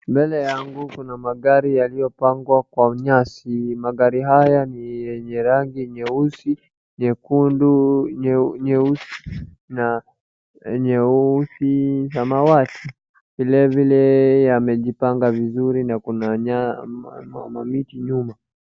Mbele yangu kuna magari yaliopangwa kwa nyasi. Magari haya ni yenye rangi nyeusi, nyekundu na nyeusi samawati. Vilevile yamejipanga vizuri na kuna mamiti nyuma.